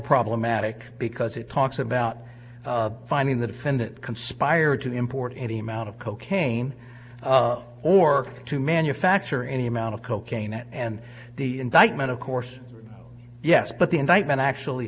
problematic because it talks about finding the defendant conspired to import any amount of cocaine or to manufacture any amount of cocaine and the indictment of course yes but the indictment actually